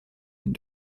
and